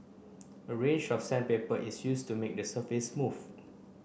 a range of sandpaper is used to make the surface smooth